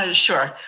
ah sure.